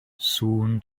sŵn